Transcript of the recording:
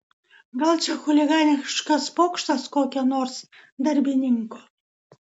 gal čia chuliganiškas pokštas kokio nors darbininko